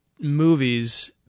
movies